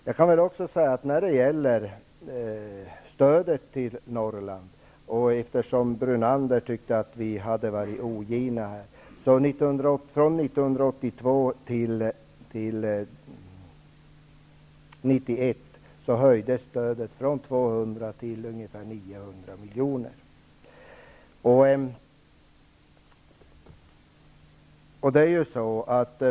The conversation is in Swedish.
Brunander tyckte att vi hade varit ogina när det gäller Norrlandsstödet. Från 1982 till 1991 höjdes stödet från 200 miljoner till ungefär 900 miljoner.